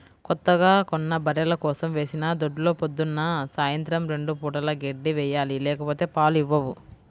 కొత్తగా కొన్న బర్రెల కోసం వేసిన దొడ్లో పొద్దున్న, సాయంత్రం రెండు పూటలా గడ్డి వేయాలి లేకపోతే పాలు ఇవ్వవు